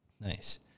Nice